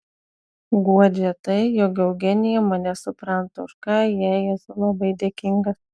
guodžia tai jog eugenija mane supranta už ką jai esu labai dėkingas